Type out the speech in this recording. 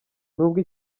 nubwo